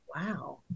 Wow